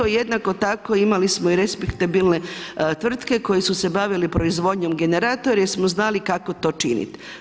A jednako tako, imali smo i respektabilne tvrtke koje su se bavili proizvodnjom generatora, jer smo znali kako to čini.